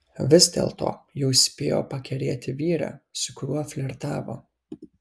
vis dėlto jau spėjo pakerėti vyrą su kuriuo flirtavo